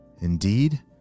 Indeed